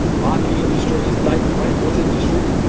marketing industries, diet and weight loss industries,